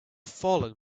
fallen